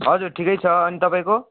हजुर ठिकै छ अनि तपाईँको